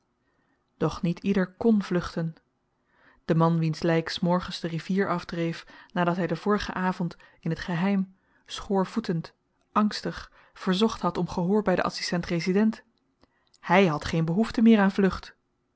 doch niet ieder kon vluchten de man wiens lyk s morgens de rivier afdreef nadat hy den vorigen avend in t geheim schoorvoetend angstig verzocht had om gehoor by den adsistent resident hy had geen behoefte meer aan vlucht